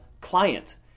client